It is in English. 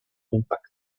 impact